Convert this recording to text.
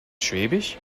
schwäbisch